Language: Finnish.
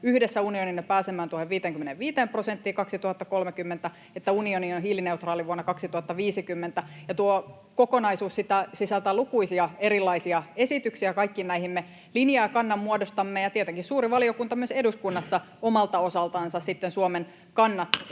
yhdessä unionina pääsemään tuohon 55 prosenttiin 2030 ja että unioni on hiilineutraali vuonna 2050. Tuo kokonaisuus sisältää lukuisia erilaisia esityksiä. Kaikkiin näihin me linjan ja kannan muodostamme, ja tietenkin suuri valiokunta myös eduskunnassa omalta osaltansa sitten Suomen kannat